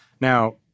Now